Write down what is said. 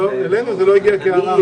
אלינו זה לא הגיע כהערה.